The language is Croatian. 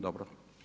Dobro.